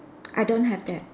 I don't have that